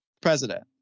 President